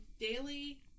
daily